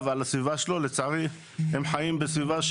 ועל הסביבה שלו לצערי הם חיים בסביבה,